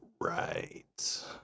Right